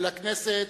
ולכנסת,